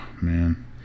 man